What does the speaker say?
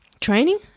training